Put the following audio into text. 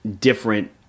different